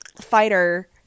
fighter